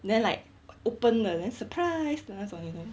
then like open 了 then surprise 的那种 anymore